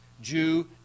Jew